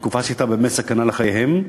בתקופה שבאמת הייתה סכנה שם לחייהם.